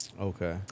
okay